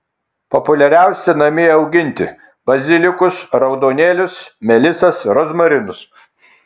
populiariausia namie auginti bazilikus raudonėlius melisas rozmarinus